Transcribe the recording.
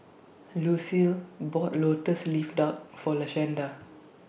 Lucile bought Lotus Leaf Duck For Lashanda